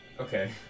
Okay